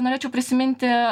norėčiau prisiminti